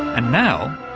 and now,